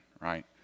right